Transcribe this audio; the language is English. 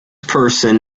person